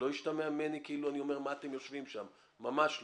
שלא ישתמע כאילו אני אומר "מה אתם יושבים שם" ממש לא.